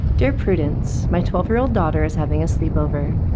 dear prudence, my twelve year old daughter is having a sleepover.